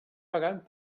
pagant